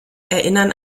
erinnern